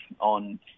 on